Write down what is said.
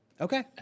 Okay